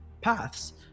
paths